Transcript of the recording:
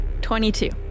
22